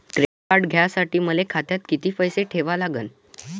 Credit card घ्यासाठी मले खात्यात किती पैसे ठेवा लागन?